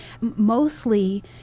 Mostly